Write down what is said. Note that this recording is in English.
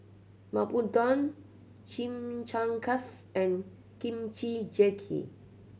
Papadum Chimichangas and Kimchi Jjigae